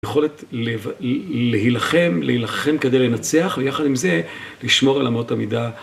יכולת להיוו... להילחם, להילחם כדי לנצח, ויחד עם זה לשמור על אמות המידה.